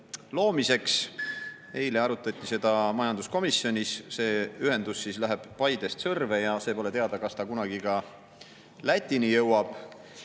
loomiseks. Eile arutati seda majanduskomisjonis. See ühendus läheb Paidest Sõrve ja pole teada, kas ta kunagi ka Lätini jõuab.